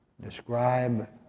describe